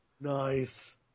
Nice